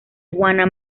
juana